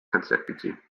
consecutive